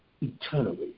eternally